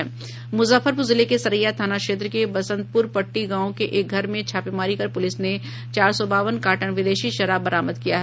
मुजफ्फरपुर जिले के सरैया थाना क्षेत्र के बसंतपुरपट्टी गांव के एक घर में छापेमारी कर पुलिस ने चार सौ बावन कार्टन विदेशी शराब बरामद किया है